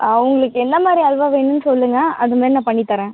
அவங்களுக்கு என்ன மாதிரி அல்வா வேணும்ன்னு சொல்லுங்கள் அது மாரி நான் பண்ணித்தர்றேன்